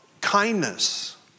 Kindness